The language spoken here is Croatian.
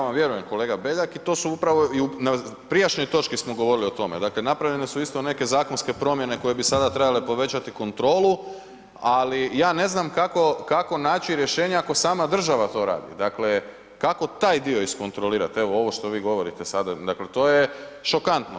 Ja vam vjerujem kolega Beljak i to su upravo i u prijašnjoj točki smo govorili o tome, dakle napravljene su isto neke zakonske promjene koje bi sada trebale povećati kontrolu, ali ja ne znam kako naći rješenje ako sama država to radi, dakle kako taj dio iskontrolirati, evo ovo što vi govorite sada, dakle to je šokantno.